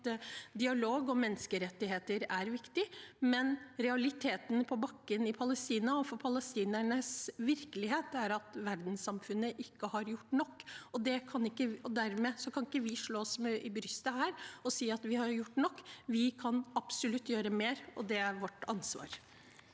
dialog og menneskerettigheter er viktig, men realiteten på bakken i Palestina og virkeligheten for palestinerne er at verdenssamfunnet ikke har gjort nok. Dermed kan vi ikke slå oss på brystet og si at vi har gjort nok. Vi kan absolutt gjøre mer, og det er vårt ansvar.